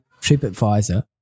TripAdvisor